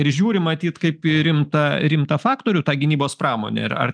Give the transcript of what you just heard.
ir žiūri matyt kaip į rimtą rimtą faktorių tą gynybos pramonė yra ar